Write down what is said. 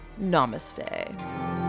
namaste